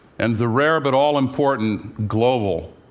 and the rare but all-important global,